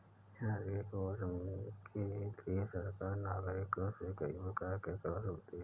राजकीय कोष के लिए सरकार नागरिकों से कई प्रकार के कर वसूलती है